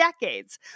decades